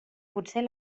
potser